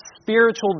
spiritual